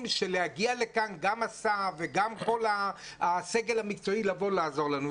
שיגיע לכאן גם השר וגם כל הסגל המקצועי לבוא לעזור לנו.